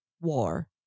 war